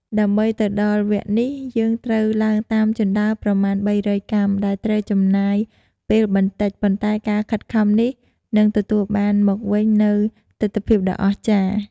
ដើម្បីទៅដល់វត្តនេះ យើងត្រូវឡើងតាម ជណ្តើរប្រមាណ ៣០០ កាំ ដែលត្រូវចំណាយពេលបន្តិច ប៉ុន្តែការខិតខំនេះនឹងទទួលបានមកវិញនូវទិដ្ឋភាពដ៏អស្ចារ្យ ។